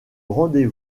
rendez